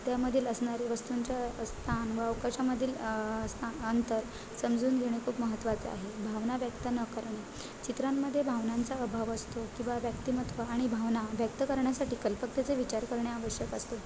त्यामधील असणारे वस्तूंच्या स्थान व अवकाशामधील स्थान अंतर समजून घेणे खूप महत्त्वाचे आहे भावना व्यक्त न करणे चित्रांमध्ये भावनांचा अभाव असतो किंवा व्यक्तिमत्व आणि भावना व्यक्त करण्यासाठी कल्पकतेचे विचार करणे आवश्यक असतो